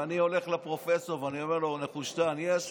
ואני הולך לפרופסור ואומר לו: נחושתן, יש?